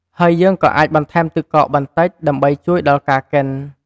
ហើយយើងក៏អាចបន្ថែមទឹកកកបន្តិច ដើម្បីជួយដល់ការកិន។